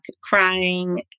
crying